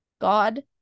God